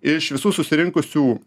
iš visų susirinkusių